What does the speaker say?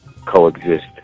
coexist